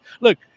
Look